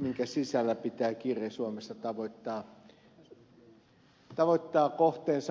minkä sisällä pitää kirjeen suomessa tavoittaa kohteensa